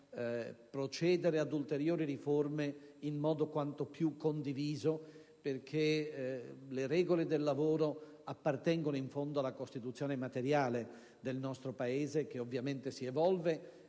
procedere ad ulteriori riforme in modo quanto più condiviso, perché le regole del lavoro appartengono in fondo alla Costituzione materiale del nostro Paese, che ovviamente si evolve